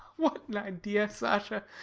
what an idea, sasha!